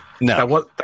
no